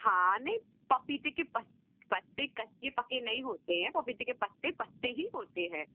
हाँ नहीं पपीते के पत्ते कच्चे पके नहीं होते हैं पपीते के पत्ते पत्ते ही होते हैं